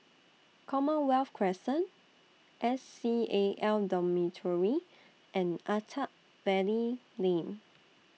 Commonwealth Crescent S C A L Dormitory and Attap Valley Lane